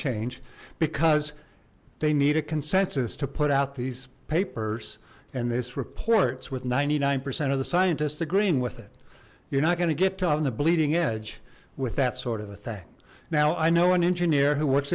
change because they need a consensus to put out these papers and this reports with ninety nine percent of the scientists agreeing with it you're not going to get to all the bleeding edge with that sort of a thing now i know an engineer who works